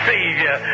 Savior